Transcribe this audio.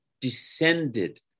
descended